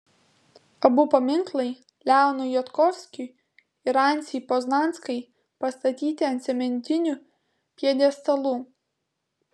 abu paminklai leonui jodkovskiui ir anciai poznanskai pastatyti ant cementinių pjedestalų